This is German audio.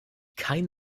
kein